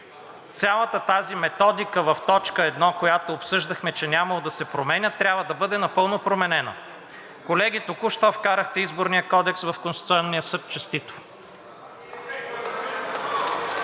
цялата тази методика в т. 1, която обсъждахме, че нямало да се променя, трябва да бъде напълно променена. Колеги, току-що вкарахте Изборния кодекс в Конституционния съд. Честито!